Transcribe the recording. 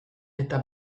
eta